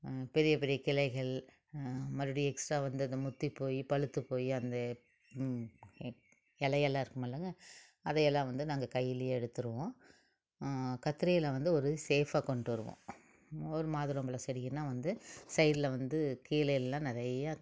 பெரிய பெரிய கிளைகள் மறுபடியும் எக்ஸ்ட்ரா வந்து அந்த முற்றி போய் பழுத்து போய் அந்த இலையெல்லாம் இருக்கும் இல்லைங்க அதையெல்லாம் வந்து நாங்கள் கையிலேயே எடுத்துடுவோம் கத்திரியில் வந்து ஒரு சேஃபாக கொண்டு வருவோம் ஒரு மாதுளைம்பழம் செடியினா வந்து சைடில் வந்து கீழேயெல்லாம் நிறையா